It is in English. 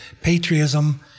patriotism